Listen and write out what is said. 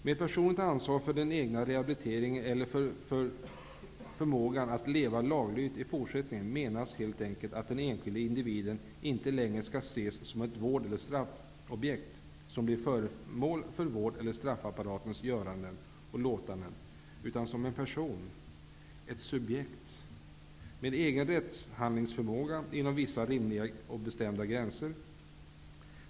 Med personligt ansvar för den egna rehabiliteringen eller förmågan att leva laglydigt i fortsättningen menas helt enkelt att den enskilde individen inte längre skall ses som ett vård eller straffobjekt som blir föremål för vård eller straffapparatens göranden och låtanden utan som en person, ett subjekt, med egen rättshandlingsförmåga inom vissa rimliga och bestämda gränser.